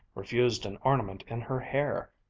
refused an ornament in her hair.